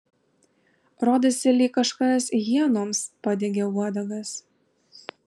rodėsi lyg kažkas hienoms padegė uodegas